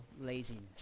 laziness